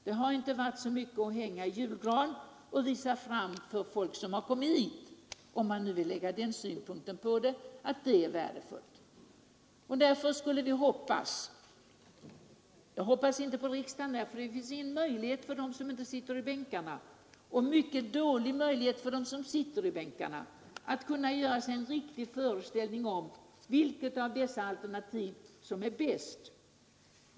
Det har inte varit så mycket att hänga i julgranen och visa fram för folk som kommit hit, om man nu vill lägga den synpunkten på det. Jag hoppas i detta fall inte på riksdagen. Det finns ingen möjlighet för dem som inte sitter i bänkarna och mycket dåliga möjligheter för dem som sitter i bänkarna att göra sig en riktig föreställning om vilket av dessa alternativ som är bäst.